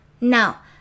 Now